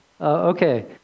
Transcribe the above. Okay